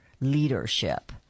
leadership